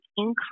income